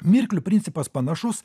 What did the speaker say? mirklių principas panašus